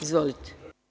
Izvolite.